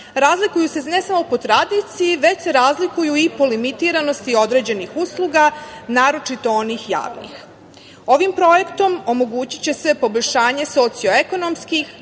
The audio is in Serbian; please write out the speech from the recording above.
razlikuju se ne samo po tradiciji, već se razlikuju i po limitiranosti određenih usluga, naročito onih javnih. Ovim projektom omogućiće se poboljšanje socioekonomskih,